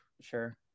sure